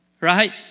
right